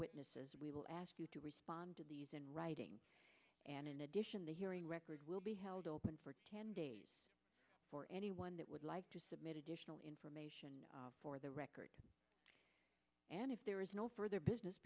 witnesses we will ask you to respond to these in writing and in addition the hearing record will be held open for ten days for anyone that would like to submit additional information for the record and if there is no further business